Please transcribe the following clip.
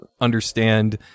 understand